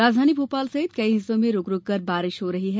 राजधानी भोपाल सहित कई हिस्सों में रूक रूक बारिश हो रही है